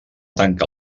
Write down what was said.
tanca